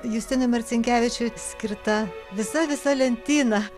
justinui marcinkevičiui skirta visa visa lentyna